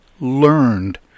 learned